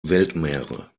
weltmeere